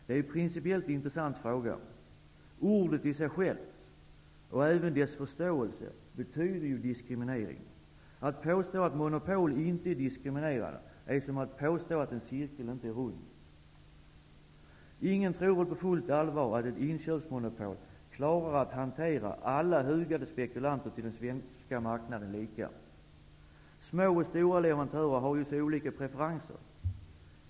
Det är principiellt en intressant fråga. Ordet i sig självt betyder ju diskriminering. Att påstå att monopol inte är diskriminerande är som att påstå att en cirkel inte är rund. Ingen tror väl på fullt allvar att ett inköpsmonopol klarar att hantera alla hugade spekulanter till den svenska marknaden lika. Små och stora leverantörer har ju så olika preferenser.